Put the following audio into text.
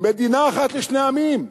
מדינה אחת לשני עמים.